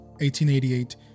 1888